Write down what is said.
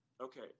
okay